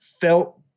felt